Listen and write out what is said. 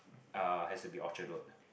uh has to be Orchard-Road